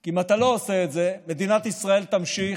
כי אם אתה לא עושה את זה, מדינת ישראל תמשיך